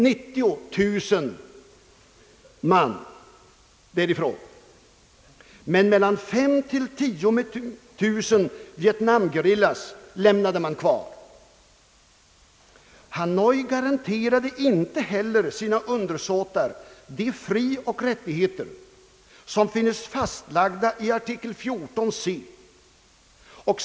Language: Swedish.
90000 man drogs därifrån men mellan 5 000 och 10 000 gerillasoldater lämnades kvar. Hanoi garanterade inte heller sina undersåtar de frioch rättigheter som finns fastlagda i artikel 14c.